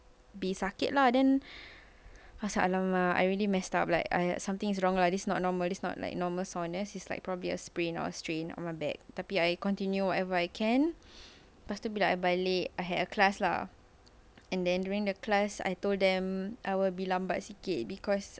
be sakit lah then macam I really messed up like !aiya! something is wrong lah this not normal this not like normal soreness it's like probably a sprain or a strain on my back tapi I continue whatever I can but lepas I balik I had a class lah and then during the class I told them I will be lambat sikit because